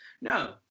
No